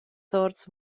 sorts